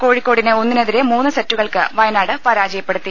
കോഴിക്കോടിനെ ഒ ന്നിനെതിരെ മൂന്ന് സെറ്റുകൾക്ക് വയനാട് പരാജയപ്പെടുത്തി